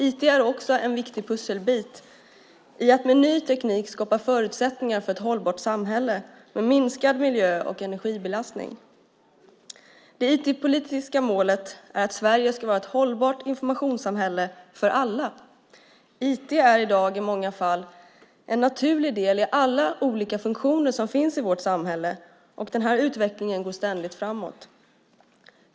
IT är också en viktig pusselbit i att med ny teknik skapa förutsättningar för ett hållbart samhälle med minskad miljö och energibelastning. Det IT-politiska målet är att Sverige ska vara ett hållbart informationssamhälle för alla. IT är i dag i många fall en naturlig del i alla olika funktioner som finns i vårt samhälle, och utvecklingen går ständigt framåt.